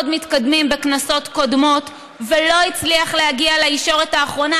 מתקדמים בכנסות קודמות ולא הצליח להגיע לישורת האחרונה.